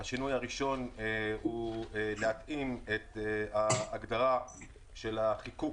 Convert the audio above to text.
השינוי הראשון הוא להתאים את ההגדרה של החיקוק